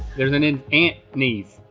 there's an in ant knees.